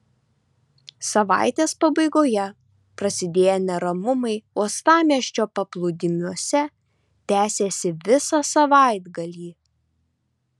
savaitės pabaigoje prasidėję neramumai uostamiesčio paplūdimiuose tęsėsi visą savaitgalį